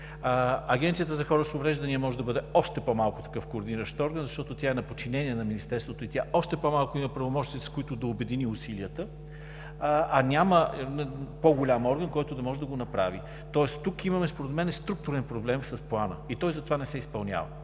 Агенцията за хората с увреждания още по-малко може да бъде такъв координиращ орган, защото тя е на подчинение на Министерството и тя още по-малко има правомощия, с които да обедини усилията, а няма по-голям орган, който да може да го направи. Тоест тук имаме според мен структурен проблем с Плана и той затова не се изпълнява.